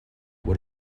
what